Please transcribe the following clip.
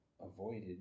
avoided